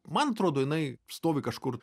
man atrodo jinai stovi kažkur